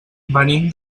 venim